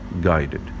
guided